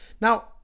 Now